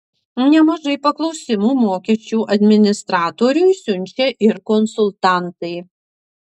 nemažai paklausimų mokesčių administratoriui siunčia ir konsultantai